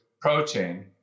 protein